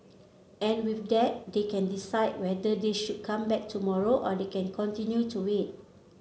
and with that they can decide whether they should come back tomorrow or they can continue to wait